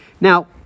Now